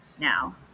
now